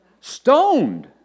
Stoned